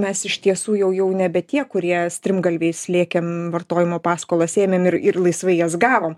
mes iš tiesų jau jau nebe tie kurie strimgalviais lėkėm vartojimo paskolas ėmėm ir ir laisvai jas gavome